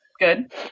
Good